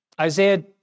Isaiah